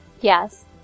Yes